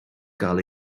gael